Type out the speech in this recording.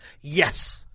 Yes